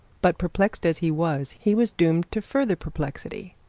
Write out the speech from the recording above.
but, perplexed as he was, he was doomed to further perplexity.